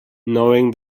knowing